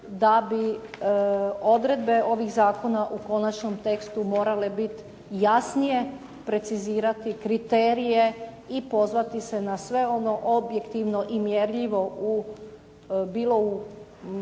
da bi odredbe ovih zakona u konačnom tekstu morale biti jasnije precizirati kriterije i pozvati se na sve ono objektivno i mjerljivo bilo